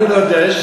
אני לא יודע.